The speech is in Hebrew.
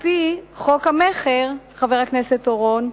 על-פי חוק המכר, חבר הכנסת אורון,